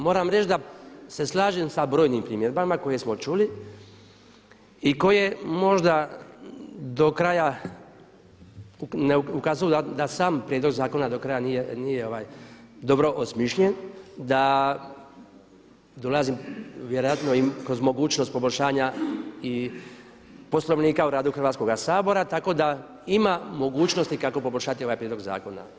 Moram reći da se slažem sa brojnim primjedbama koje smo čuli i koje možda do kraja ne ukazuju da sam prijedlog zakona do kraja nije dobro osmišljen, da dolazi vjerojatno i kroz mogućnost poboljšanja i Poslovnika o radu Hrvatskoga sabora, tako da ima mogućnosti kako poboljšati ovaj prijedlog zakona.